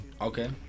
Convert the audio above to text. okay